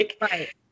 Right